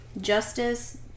justice